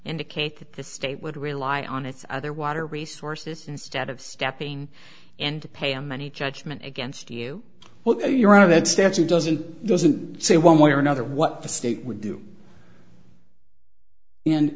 indicate that the state would rely on its other water resources instead of stepping and pay a money judgment against you well you're out of that stance it doesn't doesn't say one way or another what the state would do